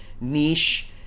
niche